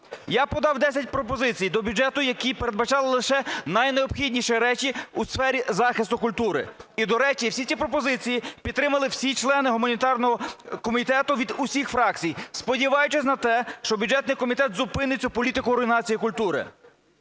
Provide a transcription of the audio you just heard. Я подав 10 пропозицій до бюджету, які передбачали лише найнеобхідніші речі у сфері захисту культури. І, до речі, всі ті пропозиції підтримали всі члени гуманітарного комітету від усіх фракцій, сподіваючись на те, що бюджетний комітет зупинить цю політику руйнації культури.